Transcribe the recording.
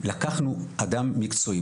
לקחנו אדם מקצועי,